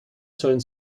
sollen